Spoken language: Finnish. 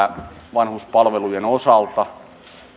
vanhuspalvelujen osalta